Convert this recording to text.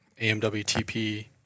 AMWTP